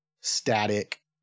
static